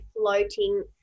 floating